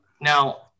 Now